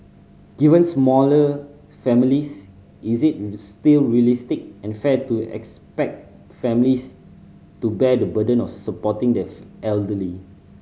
given smaller families is it still realistic and fair to expect families to bear the burden of supporting the elderly